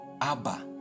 Abba